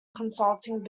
consulting